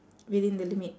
within the limit